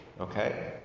okay